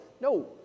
No